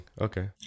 Okay